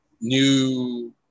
new